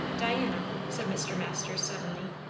diana, said mr. masters suddenly,